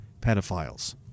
pedophiles